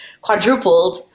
quadrupled